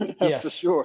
Yes